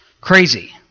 Crazy